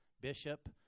bishop